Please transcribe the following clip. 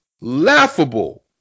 laughable